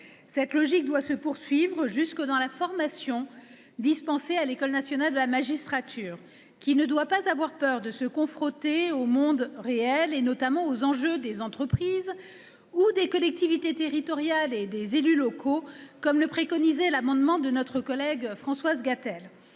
Cette logique doit se poursuivre jusque dans la formation dispensée à l'École nationale de la magistrature (ENM) qui ne doit pas craindre de se confronter au monde réel, notamment aux enjeux des entreprises ou des collectivités territoriales et des élus locaux, comme le préconisait notre collègue Françoise Gatel